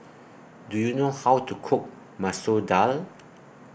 Do YOU know How to Cook Masoor Dal